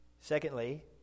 Secondly